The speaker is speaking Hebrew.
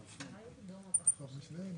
"בחוק זה".